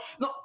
no